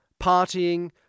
partying